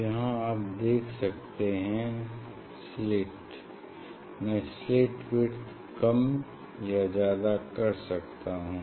यहाँ आप देख सकते हैं स्लिट मैं स्लिट विड्थ कम या ज्यादा कर सकता हूँ